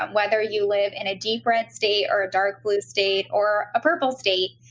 um whether you live in a deep red state or a dark blue state or a purple state,